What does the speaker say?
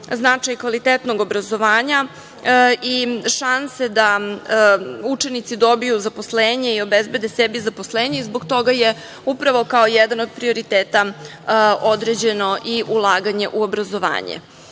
značaj kvalitetnog obrazovanja i šanse da učenici dobiju zaposlenje i obezbede sebi zaposlenje i zbog toga je upravo kao jedan od prioriteta određeno i ulaganje u obrazovanje. Još